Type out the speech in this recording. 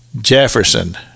Jefferson